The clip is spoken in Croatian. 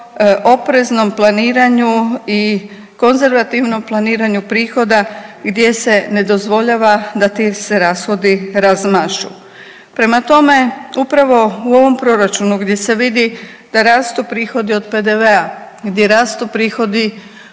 opreznom planiranju i konzervativnom planiranju prihoda gdje se ne dozvoljava da ti se rashodi razmašu. Prema tome, upravo u ovom Proračunu gdje se vidi da rastu prihodi od PDV-a, gdje rastu prihodi